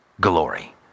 glory